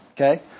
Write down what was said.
Okay